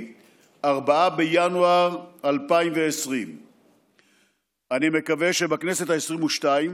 4 בינואר 2020. אני מקווה שבכנסת העשרים-ושתיים